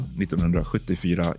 1974